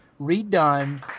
redone